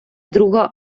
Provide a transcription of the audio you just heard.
друга